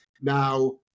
now